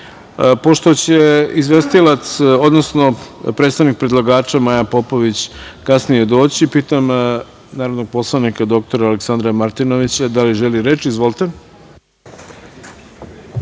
će izvestilac, odnosno predstavnik predlagača Maja Popović kasnije doći, pitam narodnog poslanika dr Aleksandra Martinovića da li želi reč?(Aleksandar